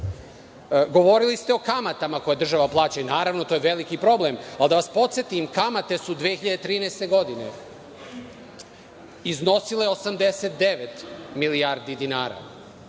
ste o kamatama koje država plaća i naravno to je veliki problem. Ali, da vas podsetim kamate su 2013. godine iznosile 89 milijardi dinara,